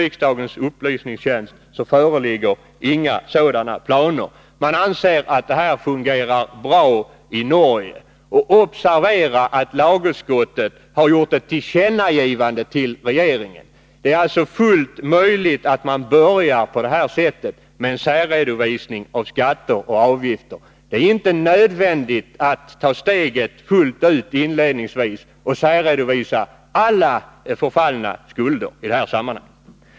Man anser i Norge att detta fungerar bra. Observera också att lagutskottet har föreslagit ett tillkännagivande till regeringen. Det är alltså fullt möjligt att börja med en särredovisning av skatter och avgifter. Det är inte nödvändigt att inledningsvis ta steget fullt ut och särredovisa alla förfallna skulder.